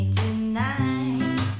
tonight